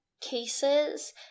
cases